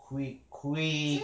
quick quick